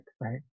right